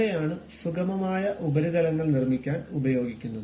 ഇവയാണ് സുഗമമായ ഉപരിതലങ്ങൾ നിർമ്മിക്കാൻ ഉപയോഗിക്കുന്നത്